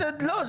לא,